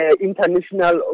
international